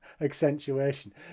accentuation